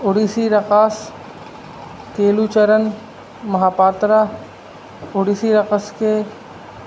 اڑیسی رقاص کیلو چرن مہاپاترا اڑیسی رقص کے